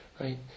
right